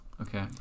okay